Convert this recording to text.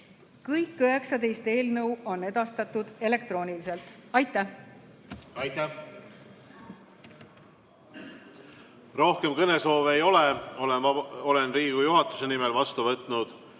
Kõik 19 eelnõu on edastatud elektrooniliselt. Aitäh! Aitäh! Rohkem kõnesoove ei ole. Olen Riigikogu juhatuse nimel vastu võtnud